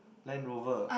Land Rover